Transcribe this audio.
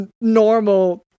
normal